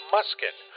Musket